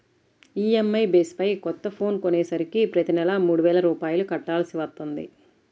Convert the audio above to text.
EMI base పై కొత్త phone కొనేసరికి ప్రతి నెలా మూడు వేల రూపాయలు కట్టాల్సి వత్తంది